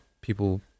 people